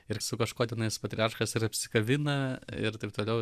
ir su kažkuo tenais patriarchas ir apsikabina ir taip toliau